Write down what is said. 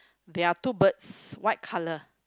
there are two birds white colour